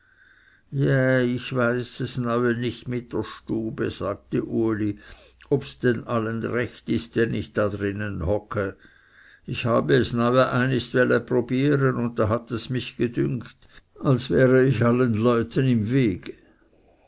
jä ich weiß es neue nit mit der stube sagte uli obs denn allen recht ist wenn ich da drinnen hocke ich habe es neue einist welle probiere und da hat es mich gedünkt als wäre ich allen leuten im wege